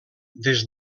des